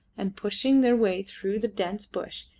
and, pushing their way through the dense bush,